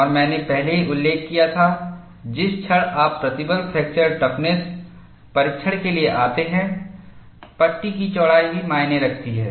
और मैंने पहले ही उल्लेख किया था जिस क्षण आप प्रतिबल फ्रैक्चर टफनेस परीक्षण के लिए आते हैं पट्टी की चौड़ाई भी मायने रखती है